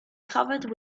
covered